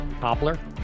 Poplar